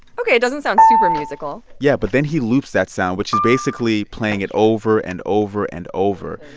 ok, it doesn't sound super musical yeah, but then he loops that sound, which is basically playing it over and over and over.